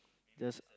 does